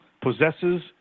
possesses